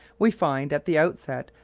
we find, at the outset,